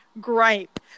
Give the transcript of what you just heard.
gripe